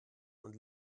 und